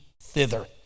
thither